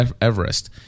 Everest